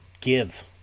give